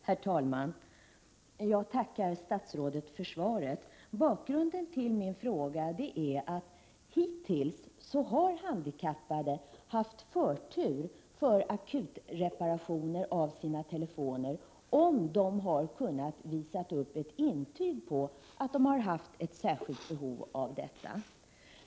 Herr talman! Jag tackar statsrådet för svaret. Bakgrunden till min fråga är att handikappade hittills har haft förtur för akut-reparationer av sina telefoner, om de har kunnat visa upp ett intyg på att de har haft ett särskilt behov av detta.